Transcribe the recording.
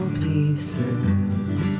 pieces